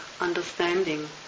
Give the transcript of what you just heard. understanding